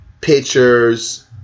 pictures